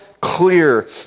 clear